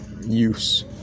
use